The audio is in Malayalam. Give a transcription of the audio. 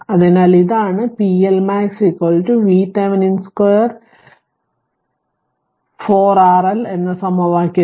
അതിനാൽ ഇതാണ് pLmax VThevenin 2 4 RL എന്ന സമവാക്യം